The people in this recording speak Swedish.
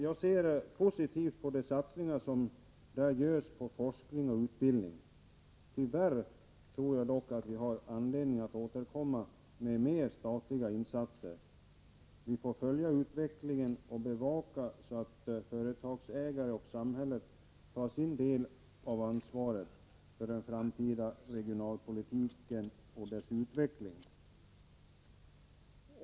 Jag ser rätt positivt på de satsningar som där görs på forskning och utbildning. Jag tror dock att vi tyvärr har anledning att återkomma med mer statliga insatser. Vi får följa utvecklingen och bevaka att företagsägarna och samhället tar sin del av ansvaret för den framtida regionalpolitiken och dess utveckling.